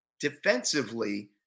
defensively